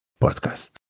Podcast